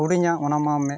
ᱦᱩᱰᱤᱧᱟ ᱚᱱᱟᱢᱟ ᱢᱮᱸᱫ